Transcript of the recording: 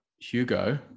Hugo